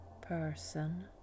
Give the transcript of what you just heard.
person